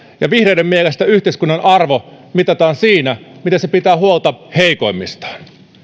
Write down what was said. ja vihreiden mielestä yhteiskunnan arvo mitataan siinä miten se pitää huolta heikoimmistaan